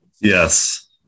Yes